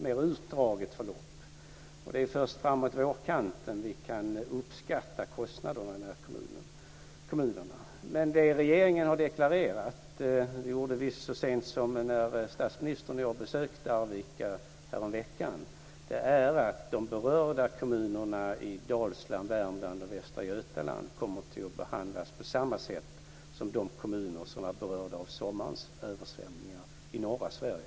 Förloppet har varit mer utdraget. Det är först framåt vårkanten som vi kan uppskatta kostnaderna i dessa kommuner. Men det som regeringen har deklarerat - det gjordes så sent som när statsministern och jag besökte Arvika häromveckan - är att de berörda kommunerna i Dalsland, Värmland och Västra Götaland kommer att behandlas på samma sätt som de kommuner som var berörda av sommarens översvämningar i norra